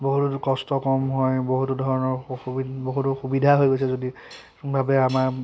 বহুতো কষ্ট কম হয় বহুতো ধৰণৰ অসু বহুতো সুবিধা হৈ গৈছে যদি ভাবে আমাৰ